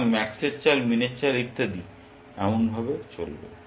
সুতরাং ম্যাক্সের চাল মিনের চাল ইত্যাদি এভাবে চলবে